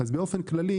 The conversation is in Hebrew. באופן כללי